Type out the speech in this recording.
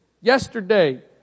yesterday